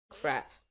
Crap